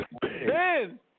Ben